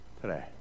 today